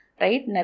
right